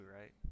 right